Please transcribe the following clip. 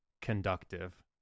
conductive